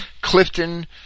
Clifton